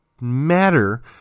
matter